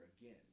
again